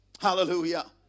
Hallelujah